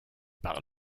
par